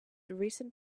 recent